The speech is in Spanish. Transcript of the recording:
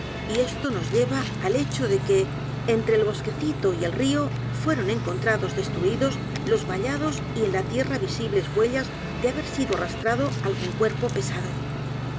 y esto nos lleva al hecho de que entre el bosquecito y el río fueron encontrados destruidos los vallados y en la tierra visibles huellas de haber sido arrastrado algún cuerpo p